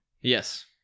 Yes